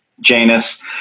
Janus